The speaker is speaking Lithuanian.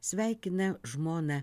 sveikina žmoną